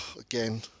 Again